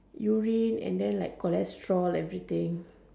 urine and then like cholesterol everything